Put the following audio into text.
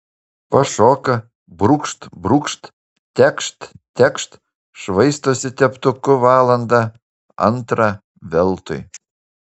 pašoka brūkšt brūkšt tekšt tekšt švaistosi teptuku valandą antrą veltui